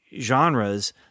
genres